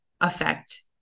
affect